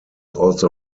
also